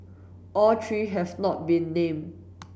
all three have not been named